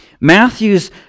Matthew's